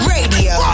Radio